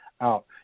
out